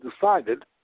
decided